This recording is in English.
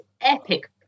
epic